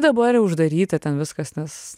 dabar jau uždaryta ten viskas nes